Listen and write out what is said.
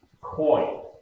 coin